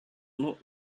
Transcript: look